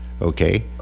okay